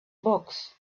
books